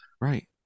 Right